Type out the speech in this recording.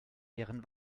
deren